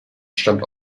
stammt